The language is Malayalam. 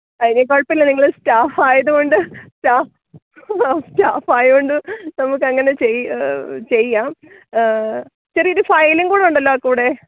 ആ ഇനി കുഴപ്പമില്ല നിങ്ങള് സ്റ്റാഫായതുകൊണ്ട് ആ സ്റ്റാഫായതുകൊണ്ട് നമുക്കങ്ങനെ ചെയ്യാം ചെറിയൊരു ഫയലും കൂടെ ഉണ്ടല്ലോ കൂടെ